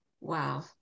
Wow